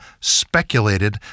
speculated